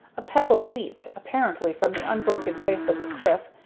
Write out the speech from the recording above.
a pebble leaped, apparently from the unbroken face of the cliff,